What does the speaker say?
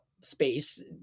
space